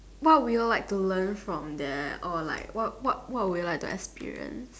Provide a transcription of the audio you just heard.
what will you like to learn from there or like what what what would you like to experience